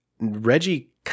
Reggie